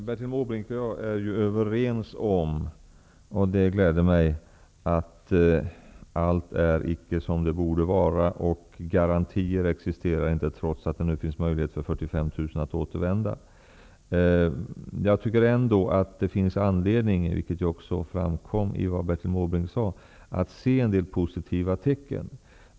Herr talman! Det gläder mig att Bertil Måbrink och jag är överens om att allt icke är som det borde vara och att garantier inte existerar, trots att det nu finns möjlighet för 45 000 att återvända. Jag tycker ändå att det finns anledning, vilket också framkom i det som Bertil Måbrink sade, att se en del positiva tecken.